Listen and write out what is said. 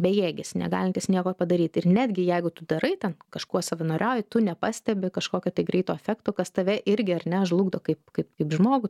bejėgis negalintis nieko padaryt ir netgi jeigu tu darai ten kažkuo savanoriauji tu nepastebi kažkokio tai greito efekto kas tave irgi ar ne žlugdo kaip kaip kaip žmogų